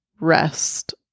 rest